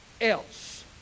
else